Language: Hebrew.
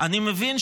--- אני מבין,